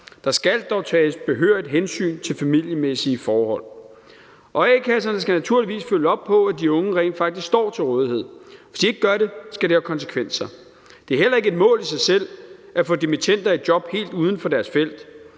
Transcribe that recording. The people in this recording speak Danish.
Der skal dog tages behørigt hensyn til familiemæssige forhold. Og a-kasserne skal naturligvis følge op på, at de unge rent faktisk står til rådighed. Hvis de ikke gør det, skal det have konsekvenser. Det er heller ikke et mål i sig selv at få dimittender i job helt uden for deres felt.